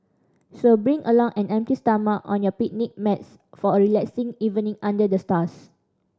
so bring along an empty stomach and your picnic mats for a relaxing evening under the stars